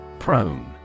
Prone